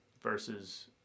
versus